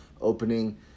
opening